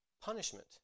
punishment